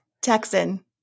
Texan